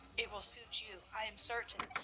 it will suit you, i am certain,